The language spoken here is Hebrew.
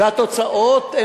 והתוצאות,